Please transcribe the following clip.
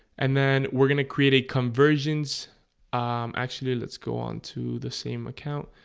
and then we're gonna create a conversion so actually, let's go on to the same account